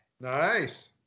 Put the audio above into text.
Nice